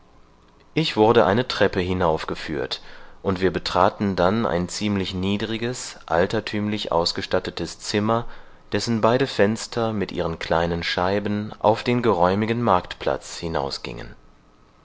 ich wurde eine treppe hinaufgeführt und wir betraten dann ein ziemlich niedriges altertümlich ausgestattetes zimmer dessen beide fenster mit ihren kleinen scheiben auf den geräumigen marktplatz